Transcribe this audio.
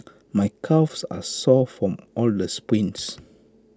my calves are sore from all the sprints